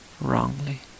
wrongly